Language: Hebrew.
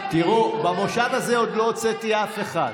תראו, במושב הזה עוד לא הוצאתי אף אחד.